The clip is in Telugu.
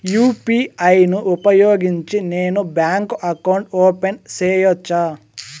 యు.పి.ఐ ను ఉపయోగించి నేను బ్యాంకు అకౌంట్ ఓపెన్ సేయొచ్చా?